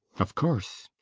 of course.